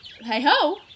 Hey-ho